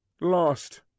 lost